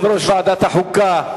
יושב-ראש ועדת החוקה,